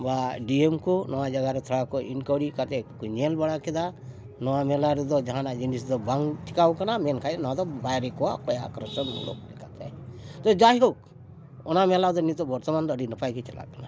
ᱵᱟ ᱰᱤ ᱮᱢ ᱠᱚ ᱱᱚᱣᱟ ᱡᱟᱭᱜᱟ ᱨᱮ ᱛᱷᱚᱲᱟ ᱠᱚ ᱤᱱᱠᱩᱣᱟᱨᱤ ᱠᱟᱛᱮᱫ ᱠᱚ ᱧᱮᱞ ᱵᱟᱲᱟ ᱠᱮᱫᱟ ᱱᱚᱣᱟ ᱢᱮᱞᱟ ᱨᱮᱫᱚ ᱡᱟᱦᱟᱱᱟᱜ ᱡᱤᱱᱤᱥ ᱫᱚ ᱵᱟᱝ ᱪᱤᱠᱟᱹᱣ ᱠᱟᱱᱟ ᱢᱮᱱᱠᱷᱟᱱ ᱱᱚᱣᱟ ᱫᱚ ᱵᱟᱭᱨᱤ ᱠᱚᱣᱟᱜ ᱚᱠᱚᱭᱟᱜ ᱟᱠᱨᱳᱥ ᱢᱩᱞᱚᱠ ᱞᱮᱠᱟᱛᱮ ᱛᱚ ᱡᱟᱭᱦᱳᱠ ᱚᱱᱟ ᱢᱮᱞᱟ ᱫᱚ ᱱᱤᱛᱳᱜ ᱵᱚᱨᱛᱚᱢᱟᱱ ᱫᱚ ᱟᱹᱰᱤ ᱱᱟᱯᱟᱭ ᱜᱮ ᱪᱟᱞᱟᱜ ᱠᱟᱱᱟ